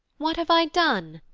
what have i done?